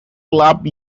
club